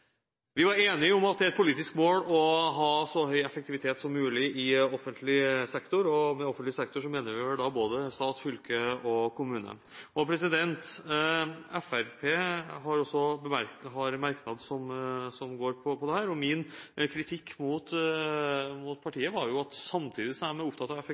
Vi var enige om at det er et politisk mål å ha så høy effektivitet som mulig i offentlig sektor – og med offentlig sektor mener vi vel da både stat, fylke og kommune. Fremskrittspartiet har også en merknad som går på dette. Min kritikk mot partiet var jo at samtidig som man er opptatt av